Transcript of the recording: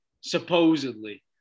Supposedly